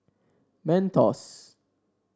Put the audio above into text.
Mentos